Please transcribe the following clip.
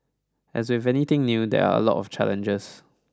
as with anything new there are a lot of challenges